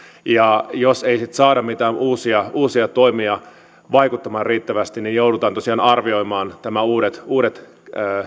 ja jos ei sitten saada mitään uusia uusia toimia vaikuttamaan riittävästi niin joudutaan tosiaan arvioimaan nämä uudet